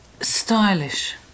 Stylish